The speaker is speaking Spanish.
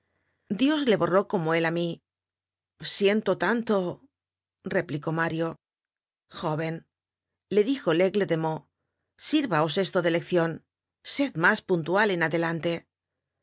dios le borró como él á mí siento tanto replicó mario joven le dijo laigle de meaux sírvaos esto de leccion sed mas puntual en adelante